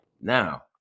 Now